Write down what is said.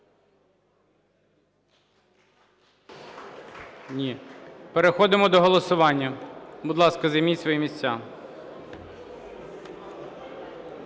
Переходимо до голосування. Будь ласка, займіть свої місця.